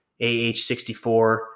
AH-64